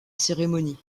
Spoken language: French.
cérémonie